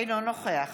אינו נוכח